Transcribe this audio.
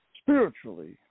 spiritually